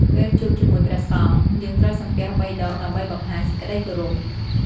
ពេលជួបជាមួយព្រះសង្ឃ យើងត្រូវសំពះបីដង ដើម្បីបង្ហាញសេចក្ដីគោរព។